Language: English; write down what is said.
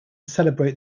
celebrate